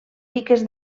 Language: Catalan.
piques